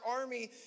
army